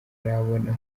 arabona